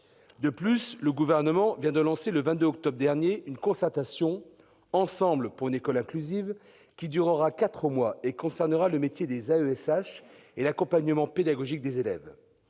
ailleurs, le Gouvernement a lancé, le 22 octobre dernier, la concertation « Ensemble pour une école inclusive », qui durera quatre mois et concernera le métier des AESH et l'accompagnement pédagogique des élèves.